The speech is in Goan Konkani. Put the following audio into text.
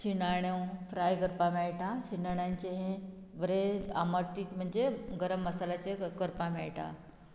शिणाण्यो फ्राय करपा मेळटा शिनाण्यांचें हें बरें आमटीक म्हणजे गरम मसाल्याचें करपा मेळटा